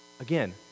Again